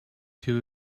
too